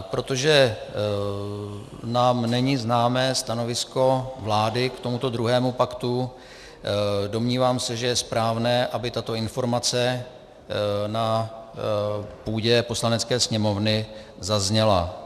Protože nám není známé stanovisko vlády k tomuto druhému paktu, domnívám se, že je správné, aby tato informace na půdě Poslanecké sněmovny zazněla.